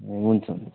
हुन्छ हुन्छ